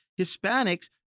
Hispanics